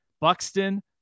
Buxton